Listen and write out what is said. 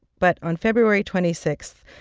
but on feb twenty six,